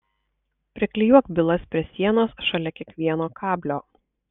priklijuok bylas prie sienos šalia kiekvieno kablio